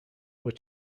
were